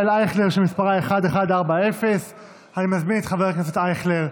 אייכלר שמספרה 1140. אני מזמין את חבר הכנסת אייכלר.